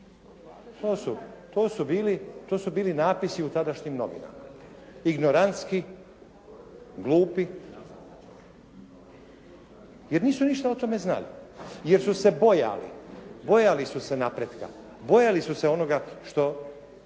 To su bili napisi u tadašnjim novinama, ignorantski, glupi jer nisu ništa o tome znali, jer su se bojali napretka, bojali su se onoga što